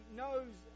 knows